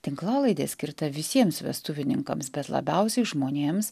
tinklalaidė skirta visiems vestuvininkams bet labiausiai žmonėms